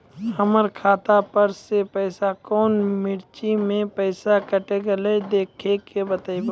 हमर खाता पर से पैसा कौन मिर्ची मे पैसा कैट गेलौ देख के बताबू?